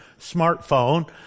smartphone